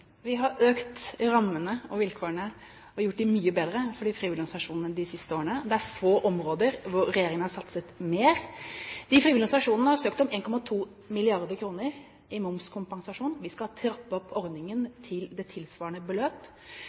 Vi har økt rammene, bedret vilkårene og gjort det mye bedre for de frivillige organisasjonene de siste årene. Det er få områder hvor regjeringen satser mer. De frivillige organisasjonene har søkt om 1,2 mrd. kr i momskompensasjon. Vi skal trappe opp ordningen til det tilsvarende beløp.